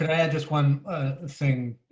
i just one thing.